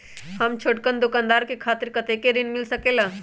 हम छोटकन दुकानदार के खातीर कतेक ऋण मिल सकेला?